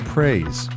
Praise